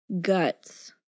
guts